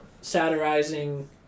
satirizing